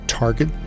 Target